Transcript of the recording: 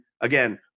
again